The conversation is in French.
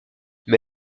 mais